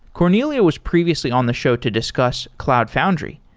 cornelia was previously on the show to discuss cloud foundry.